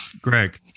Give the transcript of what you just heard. Greg